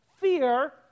fear